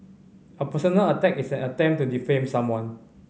a personal attack is an attempt to defame someone